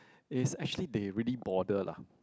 is actually they really bother lah